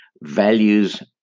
Values